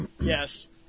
Yes